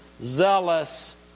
zealous